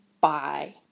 Bye